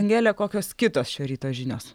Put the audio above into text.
angele kokios kitos šio ryto žinios